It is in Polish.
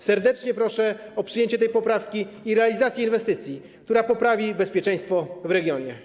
Serdecznie proszę o przyjęcie tej poprawki i realizację inwestycji, która poprawi bezpieczeństwo w regionie.